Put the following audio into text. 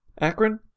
Akron